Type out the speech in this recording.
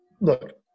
look